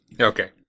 Okay